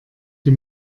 die